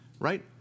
Right